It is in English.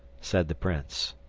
said the prince.